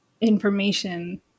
information